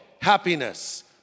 happiness